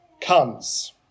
comes